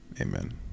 Amen